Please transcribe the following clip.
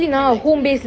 have the experience